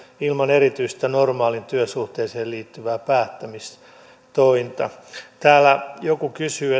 ilman erityistä normaaliin työsuhteeseen liittyvää päättämistointa täällä joku kysyi